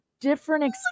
different